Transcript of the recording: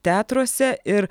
teatruose ir